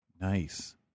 nice